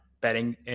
betting